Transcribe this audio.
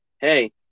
hey